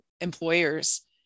employers